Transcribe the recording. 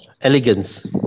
elegance